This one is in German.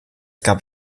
gab